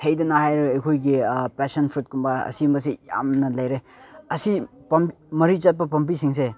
ꯍꯩꯗꯅ ꯍꯥꯏꯔꯒ ꯑꯩꯈꯣꯏꯒꯤ ꯄꯦꯁꯟ ꯐ꯭ꯔꯨꯏꯠꯀꯨꯝꯕ ꯑꯁꯤꯒꯨꯝꯕꯁꯦ ꯌꯥꯝꯅ ꯂꯩꯔꯦ ꯑꯁꯤ ꯃꯔꯤ ꯆꯠꯄ ꯄꯥꯝꯕꯤꯁꯤꯡꯁꯦ